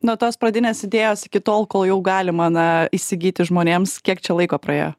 nuo tos pradinės idėjos iki tol kol jau galima na įsigyti žmonėms kiek čia laiko praėjo